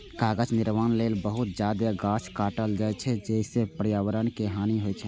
कागज निर्माण लेल बहुत जादे गाछ काटल जाइ छै, जइसे पर्यावरण के हानि होइ छै